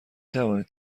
توانید